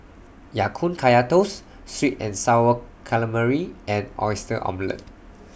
Ya Kun Kaya Toast Sweet and Sour Calamari and Oyster Omelette